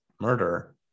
murder